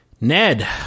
Ned